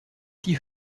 die